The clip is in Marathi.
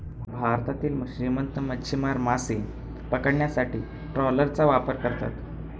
भारतातील श्रीमंत मच्छीमार मासे पकडण्यासाठी ट्रॉलरचा वापर करतात